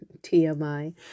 TMI